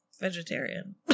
vegetarian